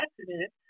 accident